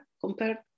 compared